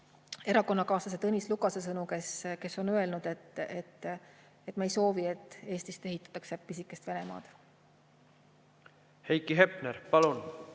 erakonnakaaslase Tõnis Lukase sõnu, kes on öelnud, et me ei soovi, et Eestist ehitatakse pisikest Venemaad. Aitäh, hea